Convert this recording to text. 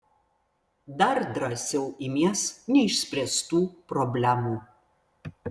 dar drąsiau imies neišspręstų problemų